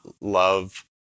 love